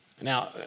Now